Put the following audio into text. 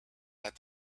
that